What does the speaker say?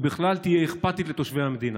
ובכלל תהיה אכפתית לתושבי המדינה,